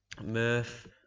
Murph